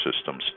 systems